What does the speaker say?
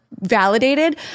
validated